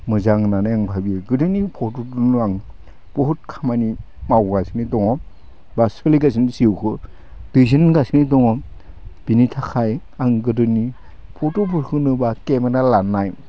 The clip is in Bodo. मोजां होननानै आं भाबियो गोदोनि फट' दोनो आं बुहुद खामानि मावगासिनो दङ बा सोलिगासिनो जिउखो दैदेनगासिनो दङ बिनि थाखाय आं गोदोनि फट'फोरखोनो बा केमेरा लानाय